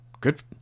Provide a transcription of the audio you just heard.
Good